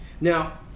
Now